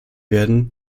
werden